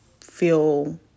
feel